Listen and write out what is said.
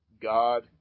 God